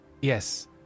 Yes